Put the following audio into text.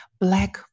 black